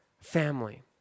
family